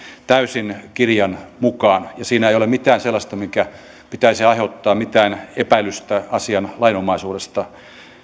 täysin kirjan mukaan ja siinä ei ole mitään sellaista minkä pitäisi aiheuttaa mitään epäilystä asian lainomaisuudesta